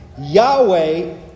Yahweh